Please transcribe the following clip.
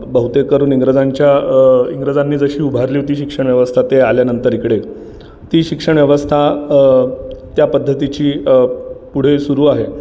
बहुतेक करून इंग्रजांच्या इंग्रजांनी जशी उभारली होती शिक्षण व्यवस्था ते आल्यानंतर इकडे ती शिक्षण व्यवस्था त्या पद्धतीची पुढे सुरू आहे